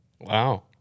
Wow